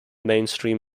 mainstream